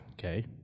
Okay